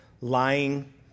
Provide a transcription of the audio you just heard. lying